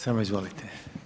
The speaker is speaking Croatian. Samo izvolite.